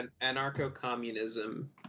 anarcho-communism